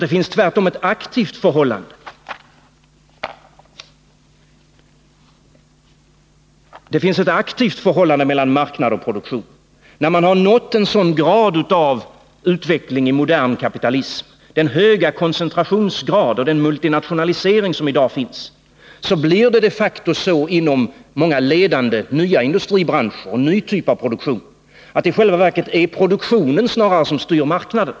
Det finns tvärtom ett aktivt förhållande mellan marknad och produktion. När man har nått en sådan grad av utveckling i modern kapitalism som i dag med hög koncentrationsgrad och multinationalisering blir det inom många ledande, nya industribranscher de facto snarare produktionen som styr marknaden.